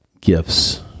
gifts